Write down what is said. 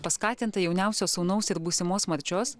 paskatinta jauniausio sūnaus ir būsimos marčios